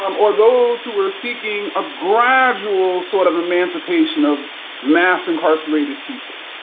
um or those who were seeking a gradual sort of emancipation of mass incarcerated people.